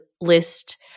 list